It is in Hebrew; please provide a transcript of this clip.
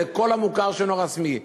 זה לכל המוכר שאינו רשמי: